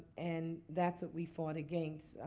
and that's what we fought against.